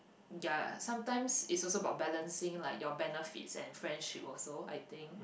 ya sometimes it's also about balancing like your benefits and friendship also I think